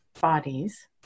bodies